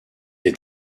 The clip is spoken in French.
est